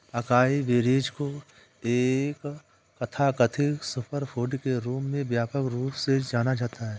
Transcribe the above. acai berries को एक तथाकथित सुपरफूड के रूप में व्यापक रूप से जाना जाता है